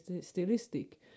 stylistic